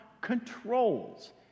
controls